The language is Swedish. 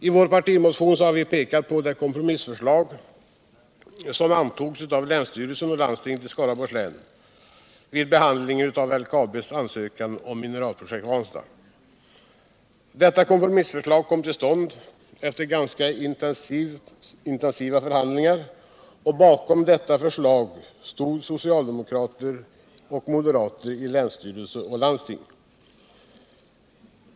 I vår partimotion har vi pekat på det kompromissförslag som antogs av länsstyrelsen och landstinget i Skaraborgs län vid behandlingen av LKAB:s ansökan beträffande Mineralprojekt Ranstad. Detta kompromissförslag kom till stånd efter ganska intensiva förhandlingar. Bakom förslaget stod socialdemokrater och moderater i länsstyrelse och landsting.